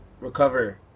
recover